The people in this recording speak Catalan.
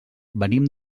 venim